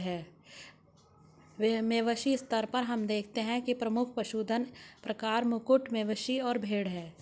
वैश्विक स्तर पर हम देखते हैं कि प्रमुख पशुधन प्रकार कुक्कुट, मवेशी और भेड़ हैं